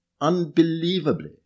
unbelievably